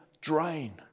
drain